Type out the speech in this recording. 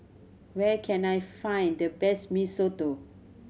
where can I find the best Mee Soto